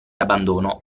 abbandono